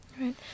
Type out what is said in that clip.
right